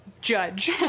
judge